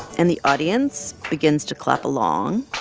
and the audience begins to clap along.